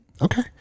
okay